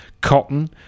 Cotton